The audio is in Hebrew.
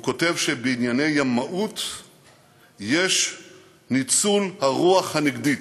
הוא כותב שבענייני ימאות יש ניצול של הרוח הנגדית.